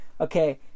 okay